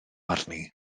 arni